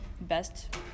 best